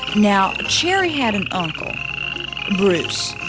now, cherry had an uncle bruce.